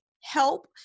help